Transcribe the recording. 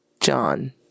John